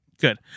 Good